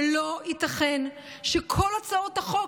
זה לא ייתכן שכל הצעות החוק,